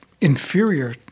inferior